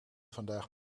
vandaag